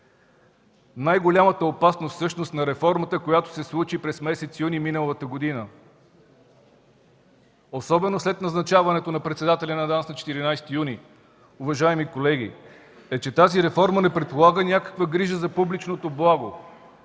най-голямата опасност на реформата, която се случи през месец юни миналата година, особено след назначаването на председателя на ДАНС на 14 юни, уважаеми колеги, е, че тази реформа не предполага някаква грижа за публичното благо.